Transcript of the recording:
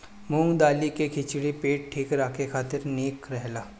मूंग दाली के खिचड़ी पेट ठीक राखे खातिर निक रहेला